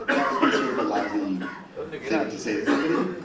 that would be sort of a lousy thing to say to somebody,